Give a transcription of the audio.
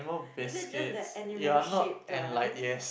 is it just the animal shaped one